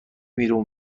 بیرون